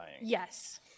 Yes